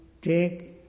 take